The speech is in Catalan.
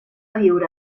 viure